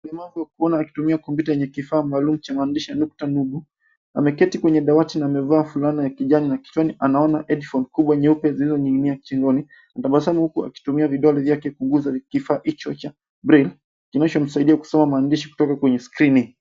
Mlemavu wa kuona akitumia kompyuta yenye kifaa maalumu cha maandishi ya nukta nundu. Ameketi kwenye dawati na amevaa fulana ya kijani na kichwani anaona headphone kubwa nyeupe zilizoning'inia chini shingoni. Anatabasamu huku akitumia vidole vyake kuguza kifaa hicho cha braille kinachomsaidia kusoma maandishi kutoka kwenye skrini.